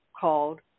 called